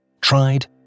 Tried